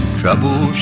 trouble